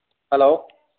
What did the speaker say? hello